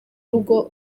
rugo